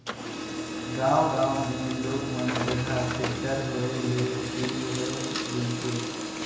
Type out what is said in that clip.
गांव गांव मे लोग मन जघा टेक्टर होय ले सुरू होये गइसे